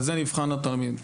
ועל זה נבחן התלמיד.